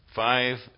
five